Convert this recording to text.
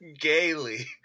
Gaily